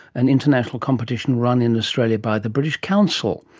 an international competition run in australia by the british council,